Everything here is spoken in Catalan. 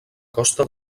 costa